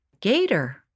Gator